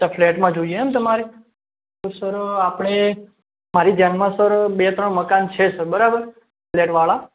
અચ્છા ફ્લેટમાં જોઈએ એમ તમારે તો સર આપણે મારી ધ્યાનમાં સર બે ત્રણ મકાન છે સર બરાબર ફ્લેટવાળા